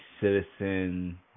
Citizen